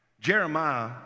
Jeremiah